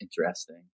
Interesting